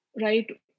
Right